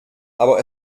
aber